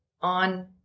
on